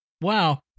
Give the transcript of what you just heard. Wow